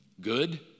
good